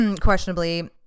questionably